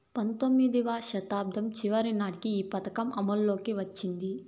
పంతొమ్మిదివ శతాబ్దం చివరి నాటికి ఈ పథకం అమల్లోకి వచ్చింది